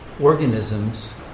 organisms